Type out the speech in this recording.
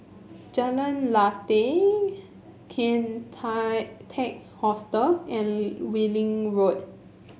Jalan Lateh Kian tie Teck Hostel and Welling Road